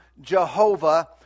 Jehovah